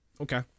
Okay